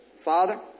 Father